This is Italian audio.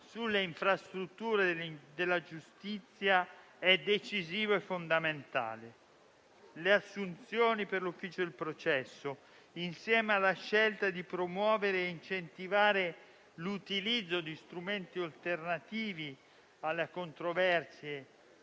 sulle infrastrutture della giustizia è decisivo e fondamentale. Le assunzioni per l'Ufficio del processo, insieme alla promozione e all'incentivazione dell'utilizzo di strumenti alternativi alle controversie,